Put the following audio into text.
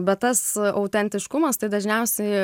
bet tas autentiškumas tai dažniausiai